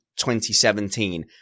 2017